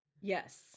yes